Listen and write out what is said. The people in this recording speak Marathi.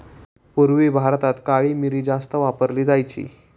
पूर्वी भारतात काळी मिरी जास्त वापरली जायची